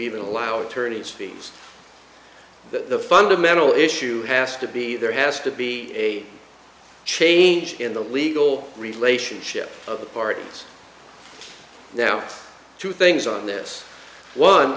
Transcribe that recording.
even allow attorneys fees that the fundamental issue has to be there has to be a change in the legal relationship of the parties now two things on this one